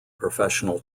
professional